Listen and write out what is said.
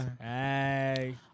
Hey